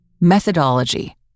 methodology